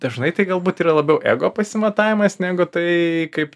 dažnai tai galbūt yra labiau ego pasimatavimas negu tai kaip